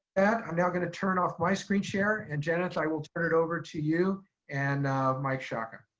i'm now gonna turn off my screen share and jenith i will turn it over to you and mike sciacca.